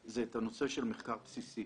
זה הנושא של מחקר בסיסי.